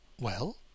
Well